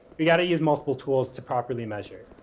we got to use multiple tools to properly measure.